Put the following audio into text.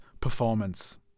performance